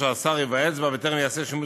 אשר השר ייוועץ בה בטרם יעשה שימוש